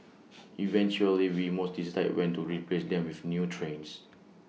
eventually we most decide when to replace them with new trains